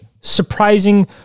surprising